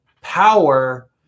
power